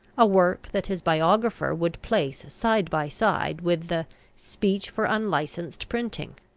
a work that his biographer would place side by side with the speech for unlicensed printing,